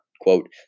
quote